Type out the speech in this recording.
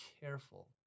careful